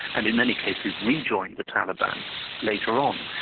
and in many cases re-joined the taliban later on.